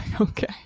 okay